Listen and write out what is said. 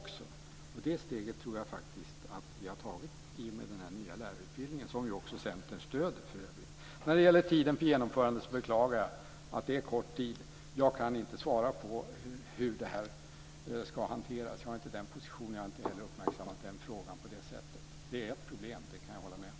Det steget tror jag faktiskt att vi har tagit i och med den nya lärarutbildningen, som ju också Centern för övrigt stöder. Jag beklagar att tiden för genomförande är kort. Jag kan inte svara på hur det här ska hanteras. Jag är inte i den positionen, och jag har inte heller uppmärksammat den frågan på det sättet. Det är ett problem, det kan jag hålla med om.